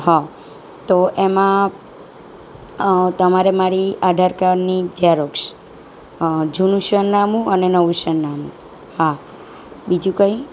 હા તો એમાં તમારે મારી આધાર કાર્ડની ઝેરોક્ષ જૂનું સરનામું અને નવું સરનામું હા બીજું કંઈ